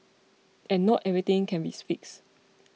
and not everything can be fixed